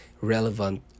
relevant